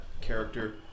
character